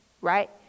Right